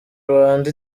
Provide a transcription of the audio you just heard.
rwanda